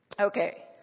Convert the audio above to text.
Okay